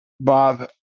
Bob